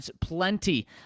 plenty